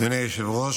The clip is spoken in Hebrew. אדוני היושב-ראש,